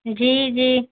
جی جی